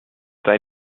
sei